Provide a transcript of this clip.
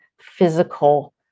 physical